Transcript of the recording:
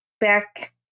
back